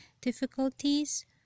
difficulties